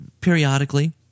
periodically